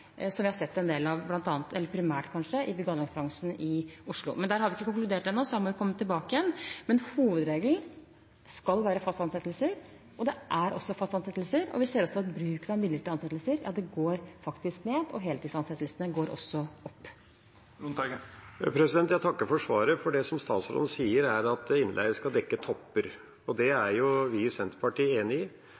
som vi har sett en del av, kanskje primært i bygg- og anleggsbransjen i Oslo. Men der har vi ikke konkludert ennå, så det må vi komme tilbake til. Men hovedregelen skal være faste ansettelser, det er også faste ansettelser, og vi ser at bruken av midlertidige ansettelser faktisk går ned, og heltidsansettelsene går opp. Jeg takker for svaret. Det som statsråden sier, er at innleie skal dekke topper. Det er vi i Senterpartiet enig i.